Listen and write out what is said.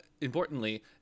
importantly